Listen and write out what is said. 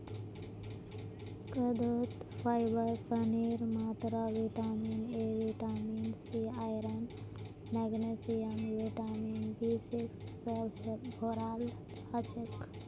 कद्दूत फाइबर पानीर मात्रा vitamin A vitamin C iron magnesium vitamin B six स भोराल हछेक